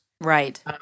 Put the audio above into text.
Right